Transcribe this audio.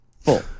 full